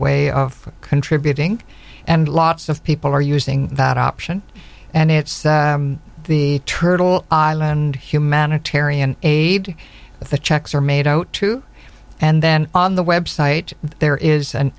way of contributing and lots of people are using that option and it's the turtle island humanitarian aid the checks are made out to and then on the web site there is an